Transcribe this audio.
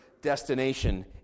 destination